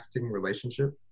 relationship